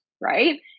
right